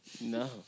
No